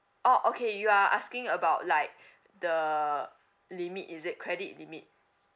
orh okay you are asking about like the limit is it credit limit